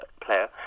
player